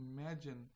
imagine